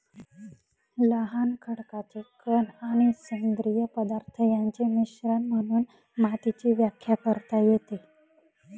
लहान खडकाचे कण आणि सेंद्रिय पदार्थ यांचे मिश्रण म्हणून मातीची व्याख्या करता येते